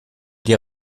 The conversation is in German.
die